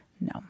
No